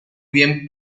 bien